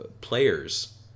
players